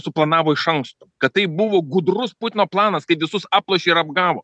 suplanavo iš anksto kad tai buvo gudrus putino planas kaip visus aplošė ir apgavo